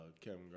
Kevin